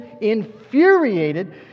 infuriated